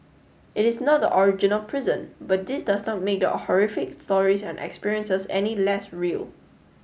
it is not the original prison but this does not make the horrific stories and experiences any less real